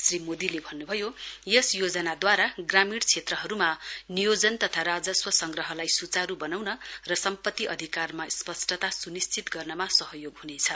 श्री मोदीले भन्नु भन्नुभयो यस योजनाद्वारा ग्रामीण क्षेत्रहरूमा नियोडन तथा राजस्व संग्रहलाई सुचारू बनाउन र सम्पत्ति अधिकारमा स्पष्टता सुनिश्चित गर्नमा सहयोग हुनेछ